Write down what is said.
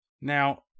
Now